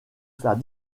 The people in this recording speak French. faire